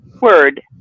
word